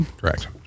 Correct